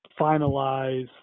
finalize